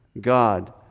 God